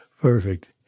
Perfect